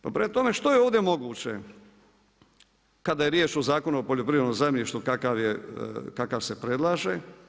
Pa prema tome, što je ovdje moguće kada je riječ o zakonu o poljoprivrednom zemljištu kakav se predlaže?